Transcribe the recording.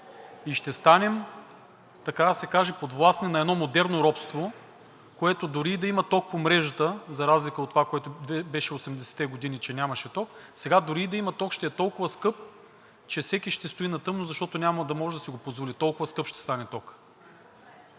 има такъв, и ще станем подвластни на едно модерно робство, при което дори и да има ток по мрежата, за разлика от това, което беше през 80-те години, че нямаше ток, сега дори и да има ток, ще е толкова скъп, че всеки ще стои на тъмно, защото няма да може да си го позволи, толкова скъп ще стане токът.